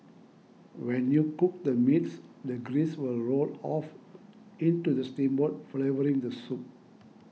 when you cook the meats the grease will roll off into the steamboat flavouring the soup